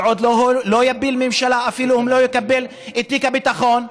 ולא יפיל ממשלה אפילו אם לא יקבל את תיק הביטחון.